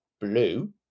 blue